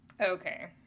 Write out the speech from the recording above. okay